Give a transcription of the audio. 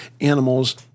animals